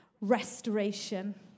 restoration